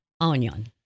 Onion